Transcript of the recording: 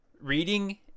Reading